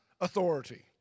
authority